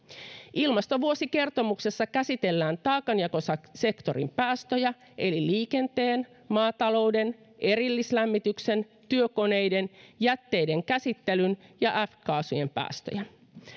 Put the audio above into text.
ilmastovuosikertomuksessa käsitellään taakanjakosektorin päästöjä eli liikenteen maatalouden erillislämmityksen työkoneiden jätteiden käsittelyn ja f kaasujen päästöjä